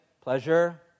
pleasure